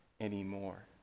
anymore